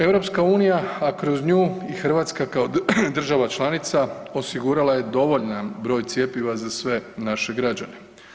EU, a kroz nju i Hrvatska kao država članica osigurala je dovoljan broj cjepiva za sve naše građane.